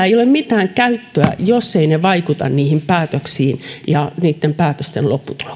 ei ole mitään käyttöä jos eivät ne vaikuta päätöksiin ja niitten päätösten